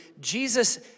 Jesus